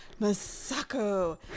Masako